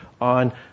on